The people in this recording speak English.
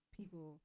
people